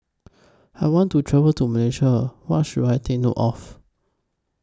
I want to travel to Malaysia What should I Take note of